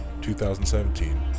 2017